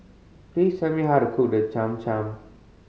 please tell me how to cook the Cham Cham